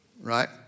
right